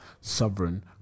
sovereign